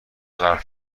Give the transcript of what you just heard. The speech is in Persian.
غرق